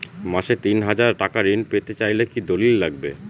মাসে তিন হাজার টাকা ঋণ পেতে চাইলে কি দলিল লাগবে?